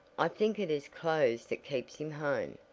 i think it is clothes that keeps him home.